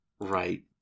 Right